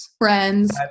friends